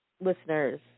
listeners